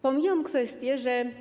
Pomijam kwestie, że.